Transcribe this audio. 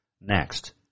next